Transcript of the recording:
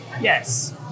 Yes